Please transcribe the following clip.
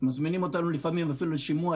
מזמינים אותנו לפעמים אפילו לשימוע,